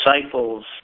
disciples